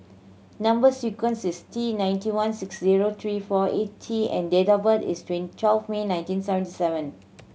number sequence is T ninety one six zero three four eight T and date of birth is twelve May nineteen seventy seven